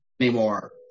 anymore